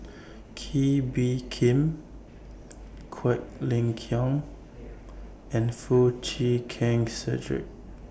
Kee Bee Khim Quek Ling Kiong and Foo Chee Keng Cedric